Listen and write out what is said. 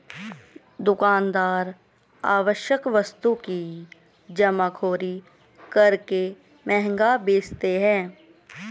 दुकानदार आवश्यक वस्तु की जमाखोरी करके महंगा बेचते है